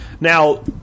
Now